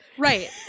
Right